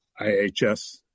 IHS